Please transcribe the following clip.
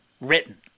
written